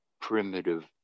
primitive